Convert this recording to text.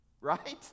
Right